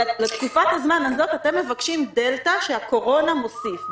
לתקופת הזמן הזאת אתם מבקשים דלתא שהקורונה מוסיפה.